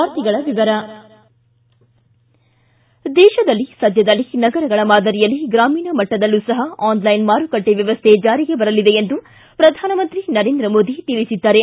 ವಾರ್ತೆಗಳ ವಿವರ ದೇಶದಲ್ಲಿ ಸದ್ದದಲ್ಲೇ ನಗರಗಳ ಮಾದರಿಯಲ್ಲಿ ಗ್ರಾಮೀಣ ಮಟ್ಟದಲ್ಲೂ ಸಹ ಆನ್ಲೈನ್ ಮಾರುಕಟ್ಟೆ ವ್ಯವಸ್ಟೆ ಜಾರಿಗೆ ಬರಲಿದೆ ಎಂದು ಪ್ರಧಾನಮಂತ್ರಿ ನರೇಂದ್ರ ಮೋದಿ ತಿಳಿಸಿದ್ದಾರೆ